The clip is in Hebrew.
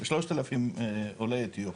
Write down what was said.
3,000 עולי אתיופיה.